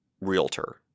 realtor